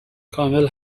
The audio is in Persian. کامل